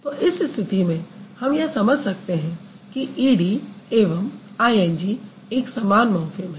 तो इस स्थिति में हम यह समझ सकते हैं कि ई डी एवं आईएनजी एक समान मॉर्फ़िम हैं